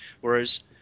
Whereas